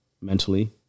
mentally